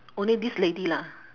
only this lady lah